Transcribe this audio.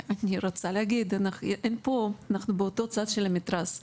אנחנו באותו צד של המתרס.